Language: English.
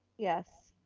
yes.